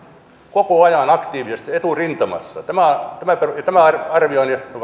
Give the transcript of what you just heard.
koko ajan aktiivisesti eturintamassa tämä tämä arvioni